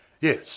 yes